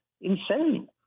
insane